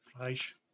Fleisch